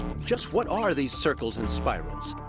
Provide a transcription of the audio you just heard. just what are these circles and spirals?